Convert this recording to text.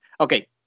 okay